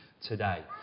today